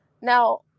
Now